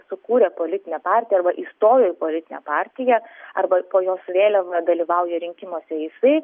sukūrė politinę partiją arba įstojo į politinę partiją arba po jos vėliava dalyvauja rinkimuose jisai